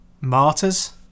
Martyrs